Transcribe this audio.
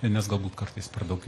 nes galbūt kartais per daug